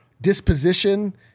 disposition